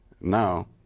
now